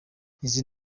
izi